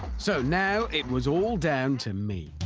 so now, it was all down to me.